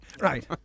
right